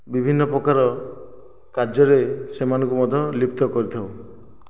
ବିଭିନ୍ନ ପ୍ରକାର କାର୍ଯ୍ୟରେ ସେମାନଙ୍କୁ ମଧ୍ୟ ଲିପ୍ତ କରିଥାଉ